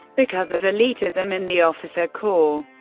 because of elitism in the officer corps,